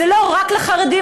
זה לא רק לחרדים,